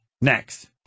next